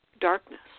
darkness